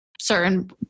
certain